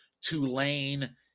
Tulane